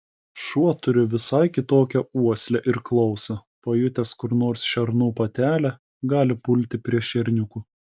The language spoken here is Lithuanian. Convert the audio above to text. šuo turi visai kitokią uoslę ir klausą pajutęs kur nors šernų patelę gali pulti prie šerniukų